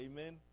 Amen